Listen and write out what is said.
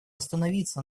остановиться